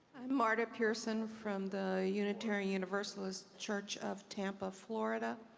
marta pearson from the unitarian universalist church of tampa, florida.